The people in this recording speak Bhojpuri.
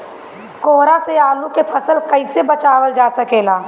कोहरा से आलू के फसल कईसे बचावल जा सकेला?